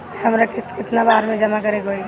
हमरा किस्त केतना बार में जमा करे के होई?